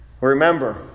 Remember